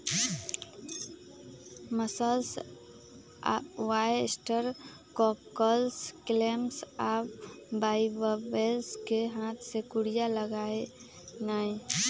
mussels, oyster, cockles, clams आ bivalves कें हाथ से कूरिया लगेनाइ